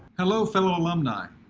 hello, fellow alumni,